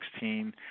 2016